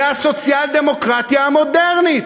זה הסוציאל-דמוקרטיה המודרנית,